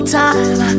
time